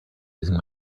using